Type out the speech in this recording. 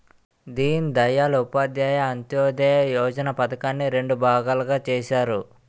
దీన్ దయాల్ ఉపాధ్యాయ అంత్యోదయ యోజన పధకాన్ని రెండు భాగాలుగా చేసారు